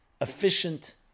efficient